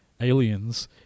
Aliens